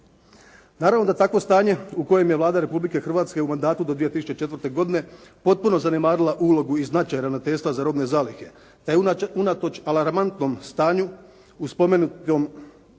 Naravno da takvo stanje u kojem je Vlada Republike Hrvatske u mandatu do 2004. godine potpuno zanemarila ulogu i značaj Ravnateljstva za robne zalihe. Unatoč alarmantnom stanju u spomenutom segmentu